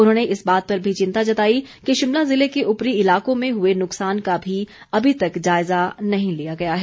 उन्होंने इस बात पर भी चिंता जताई कि शिमला ज़िले के ऊपरी इलाकों में हुए नुकसान का भी अभी तक जायज़ा नहीं लिया गया है